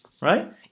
right